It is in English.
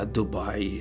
Dubai